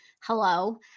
hello